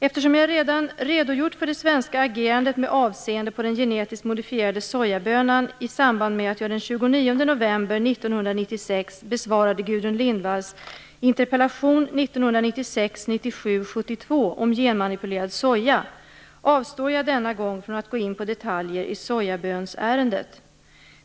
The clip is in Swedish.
Eftersom jag redan redogjort för det svenska agerandet med avseende på den genetiskt modifierade sojabönan i samband med att jag den 29 november 1996/97:72 om genmanipulerad soja, avstår jag denna gång från att gå in på detaljer i ärendet om sojabönor.